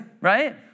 right